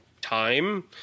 time